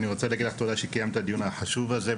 אני רוצה להגיד לך תודה על שאת מקיימת את הדיון החשוב הזה,